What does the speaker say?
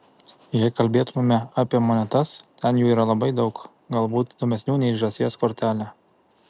jei kalbėtumėme apie monetas ten jų yra labai daug galbūt įdomesnių nei žąsies kortelė